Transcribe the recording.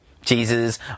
Jesus